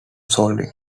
solving